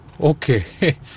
okay